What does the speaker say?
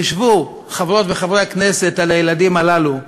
חשבו, חברות וחברי הכנסת, על הילדים הללו.